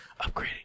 upgrading